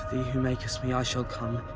he who makest me, i shall come.